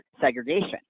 segregation